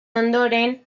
ondoren